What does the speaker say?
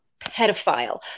pedophile